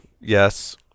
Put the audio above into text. Yes